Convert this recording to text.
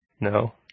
No